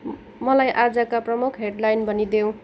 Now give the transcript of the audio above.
मलाई आजका प्रमुख हेडलाइन भनिदेऊ